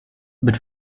but